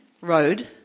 road